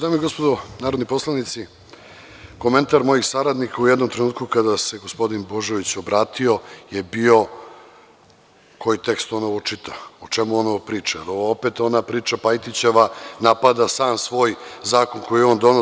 Dame i gospodo narodni poslanici, komentar mojih saradnika u jednom trenutku kada se gospodin Božović obratio je bio - koji tekst on ovo čita, o čemu on ovo priča, jer ovo opet ona priča Pajtićeva napada sam svoj zakon koji je on doneo?